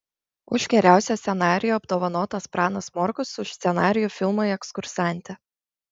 už geriausią scenarijų apdovanotas pranas morkus už scenarijų filmui ekskursantė